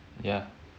ya